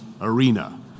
arena